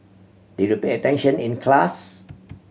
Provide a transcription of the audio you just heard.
did you pay attention in class